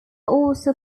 also